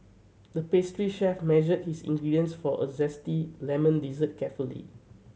the pastry chef measured his ingredients for a zesty lemon dessert carefully